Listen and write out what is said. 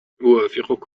أوافقك